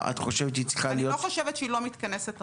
אני לא חושבת שהיא לא מתכנסת הרבה.